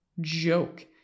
joke